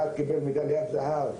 אחד קיבל מדליית זהב,